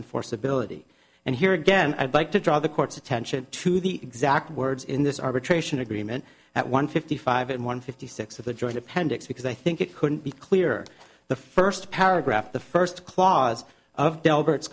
in force ability and here again i'd like to draw the court's attention to the exact words in this arbitration agreement at one fifty five and one fifty six of the joint appendix because i think it couldn't be clearer the first paragraph of the first clause of del